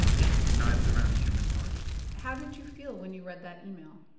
yeah, knives around a human target how did you feel when you read that email?